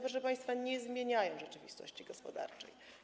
Proszę państwa, one nie zmieniają rzeczywistości gospodarczej.